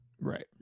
Right